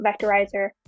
vectorizer